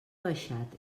baixat